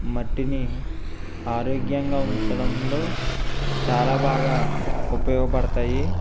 మట్టిని ఆరోగ్యంగా ఉంచడంలో చాలా బాగా ఉపయోగపడతాయి